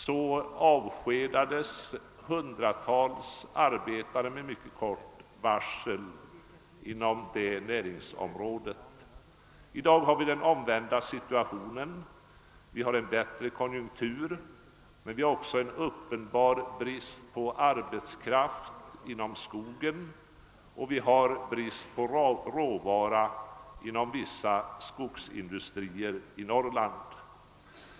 Då avskedades hundratals arbetare med mycket kort varsel inom det näringsområdet. I dag har vi den omvända situationen. Vi har en bättre konjunktur, men vi har också en uppenbar brist på arbetskraft i skogen, och vi har brist på råvara inom vissa skogsindustrier i Norrland.